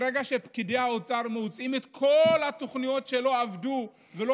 ברגע שפקידי האוצר מוציאים את כל התוכניות שלא עבדו ולא